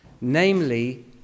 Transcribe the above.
namely